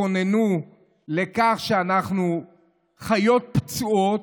תתכוננו לכך שאנחנו חיות פצועות,